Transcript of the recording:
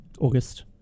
August